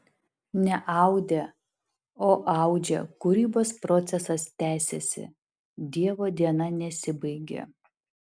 ne audė o audžia kūrybos procesas tęsiasi dievo diena nesibaigė